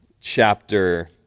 chapter